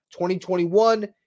2021